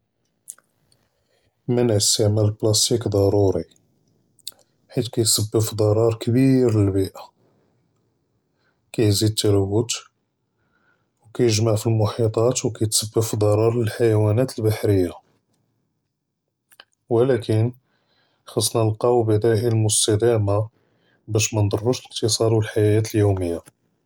מֻנְע אִסְתִעְמَال אֶלְפְּלַאסְטִיק דַּרּוּרִי חֵית כּיִסַבַּב פִּי דַרַאר כְּבִיר לֶלְבִּיֵא, כִּיזִיד אֶלְתַּלַוּת וּכִיַגְמַע פִּי אֶלְמֻחַיָּט וּכִיתַסַבַּב פִּי דַרַאר לֶלְחַיַונַאת אֶלְבַּחַרִיָּה, וּלָקִין חַאסְנַא נְלְקַאו בַּדָאִיל מֻסְתַמַּרָה בַּאש מַנדִירוּש אֶלְאִקְתִצָאד וְאֶלְחַיַאת אֶלְיֻומִיַּה.